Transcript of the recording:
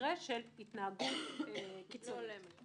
במקרה של התנהגות לא הולמת.